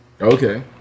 Okay